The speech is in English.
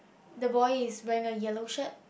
the boy is wearing a yellow shirt